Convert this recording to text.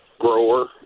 grower